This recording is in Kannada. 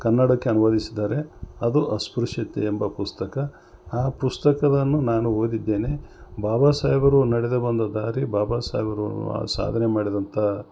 ಕನ್ನಡಕ್ಕೆ ಅನುವಾದಿಸಿದ್ದಾರೆ ಅದು ಅಸ್ಪೃಶ್ಯತೆ ಎಂಬ ಪುಸ್ತಕ ಆ ಪುಸ್ತಕವನ್ನು ನಾನು ಓದಿದ್ದೇನೆ ಬಾಬಾ ಸಾಹೇಬರು ನಡೆದು ಬಂದ ದಾರಿ ಬಾಬಾ ಸಾಹೇಬ್ರು ಸಾಧನೆ ಮಾಡಿದಂಥ